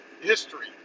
history